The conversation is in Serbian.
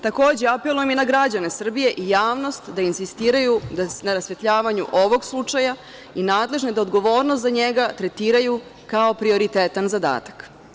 Takođe, apelujem i na građane Srbije i javnost da insistiraju na rasvetljavanju ovog slučaja i nadležne da odgovornost za njega tretiraju kao prioritetan zadatak.